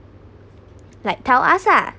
like tell us lah